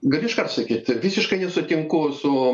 galiu iškart sakyt visiškai nesutinku su